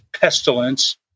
pestilence